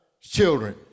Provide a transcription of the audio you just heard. children